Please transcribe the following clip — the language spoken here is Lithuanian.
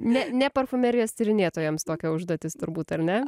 ne ne parfumerijos tyrinėtojams tokia užduotis turbūt ar ne